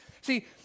see